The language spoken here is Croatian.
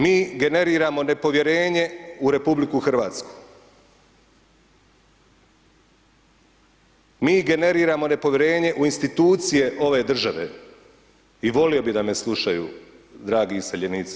Mi generiramo nepovjerenje u RH, mi generiramo nepovjerenje u institucije ove države i volio bi da me slušaju dragi iseljenici.